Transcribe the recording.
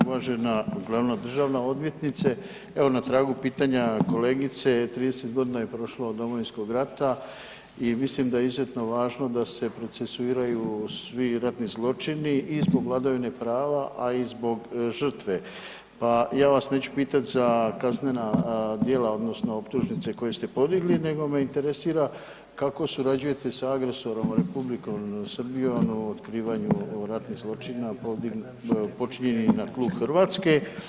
Uvažena glavna državna odvjetnice, evo na tragu pitanja kolegice, 30 g. je prošlo od Domovinskog rata i mislim da je izuzetno važno da se procesuiraju svi ratni zločini i zbog vladavine prava a i zbog žrtve pa ja vas neću pitat za kaznena djela odnosno optužnice koje ste podigli, nego me interesira kako surađujete sa agresorom Republikom Srbijom u otkrivanju ratnih zločina počinjenih na tlu Hrvatske?